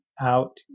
out